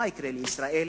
מה יקרה לישראל,